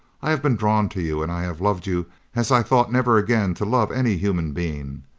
i have been drawn to you and i have loved you as i thought never again to love any human being,